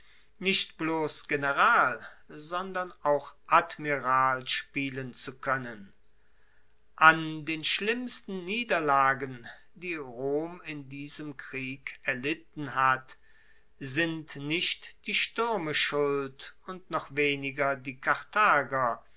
nicht bloss general sondern auch admiral spielen zu koennen an den schlimmsten niederlagen die rom in diesem krieg erlitten hat sind nicht die stuerme schuld und noch weniger die karthager